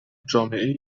جامعهای